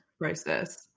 process